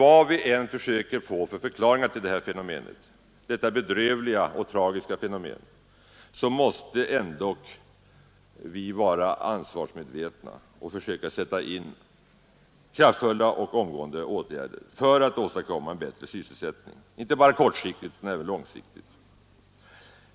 Vad vi än försöker få för förklaring till detta bedrövliga och tragiska fenomen, måste vi ändå vara ansvarsmedvetna och försöka sätta in kraftfulla och omgående åtgärder för att åstadkomma en bättre sysselsättning, inte bara kortsiktigt utan även långsiktigt.